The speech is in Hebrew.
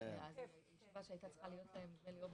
ננעלה בשעה